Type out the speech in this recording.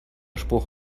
spruch